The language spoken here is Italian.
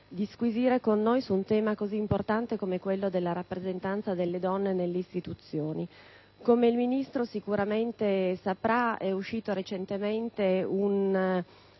disquisire con noi su un tema così importante come quello della rappresentanza delle donne nelle istituzioni. Come il Ministro sicuramente saprà, è stato recentemente